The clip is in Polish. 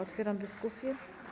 Otwieram dyskusję.